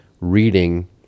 reading